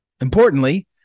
importantly